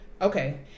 Okay